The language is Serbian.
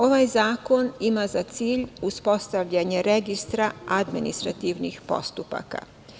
Ovaj zakon ima za cilj uspostavljanje registra administrativnih postupaka.